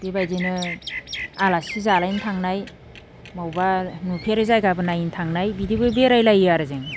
बेबायदिनो आलासि जालायनो थांनाय मबावबा नुफेरै जायगाबो नायनो थांनाय बिदिबो बेराइ लायो आरो जों